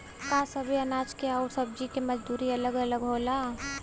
का सबे अनाज के अउर सब्ज़ी के मजदूरी अलग अलग होला?